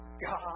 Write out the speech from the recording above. God